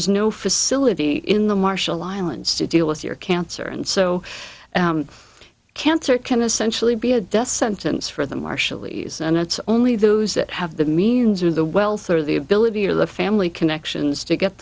's no facility in the marshall islands to deal with your cancer and so cancer can essentially be a death sentence for the marshallese and it's only those that have the means or the wealth or the ability or the family connections to get